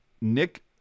Nick